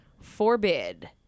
forbid